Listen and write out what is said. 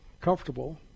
comfortable